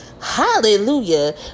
hallelujah